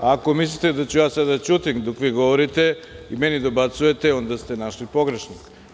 Ako mislite da ću sada da ćutim dok vi govorite i meni dobacujete, onda ste našli pogrešnog.